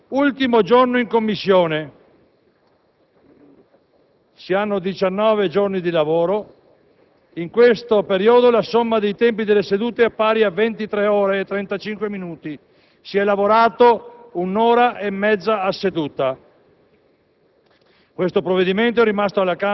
si arriva al giorno 22 marzo, ultimo giorno in Commissione. Sono 19 giorni di lavoro e in questo periodo la somma dei tempi delle sedute è pari a 23 ore e 35 minuti: si è quindi lavorato un'ora e mezza a seduta.